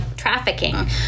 trafficking